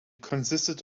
consisted